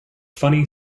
funny